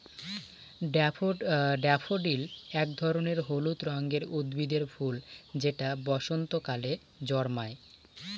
daffodil এক ধরনের হলুদ রঙের উদ্ভিদের ফুল যেটা বসন্তকালে জন্মায়